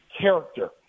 character